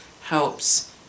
helps